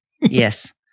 Yes